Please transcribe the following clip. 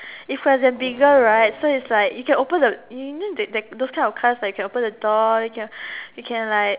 if could have bigger right so is like you can open the you know that that those kind of car like you can open the door you can you can like